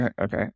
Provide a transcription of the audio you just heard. Okay